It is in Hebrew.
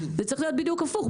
זה צריך להיות בדיוק הפוך,